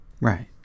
Right